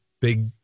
big